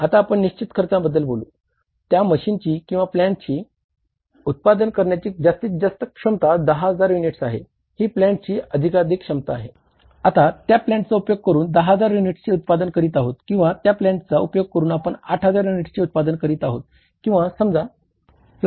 आता आपण निश्चित खर्चाबद्दल अधिकाधिक क्षमता आहे